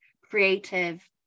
creative